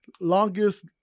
longest